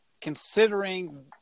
considering